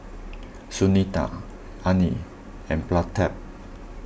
Sunita Anil and Pratap